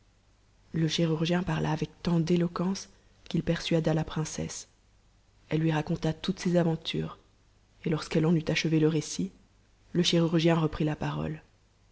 le chirurgien parla avec tant d'éloquence qu'il persuada la princesse elle lui raconta toutes ses aventures et lorsqu'elle en eut achevé le récit le chirurgien reprit la parole